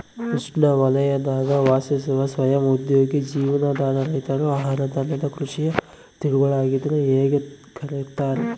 ಉಷ್ಣವಲಯದಾಗ ವಾಸಿಸುವ ಸ್ವಯಂ ಉದ್ಯೋಗಿ ಜೀವನಾಧಾರ ರೈತರು ಆಹಾರಧಾನ್ಯದ ಕೃಷಿಯ ತಿರುಳಾಗಿದ್ರ ಹೇಗೆ ಕರೆಯುತ್ತಾರೆ